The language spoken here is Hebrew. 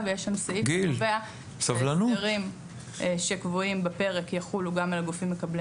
יש שם סעיף שקובע שהסדרים שקבועים בפרק יחולו גם על הגופים מקבלי